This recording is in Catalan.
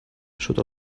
sota